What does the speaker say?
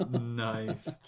nice